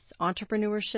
entrepreneurship